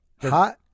hot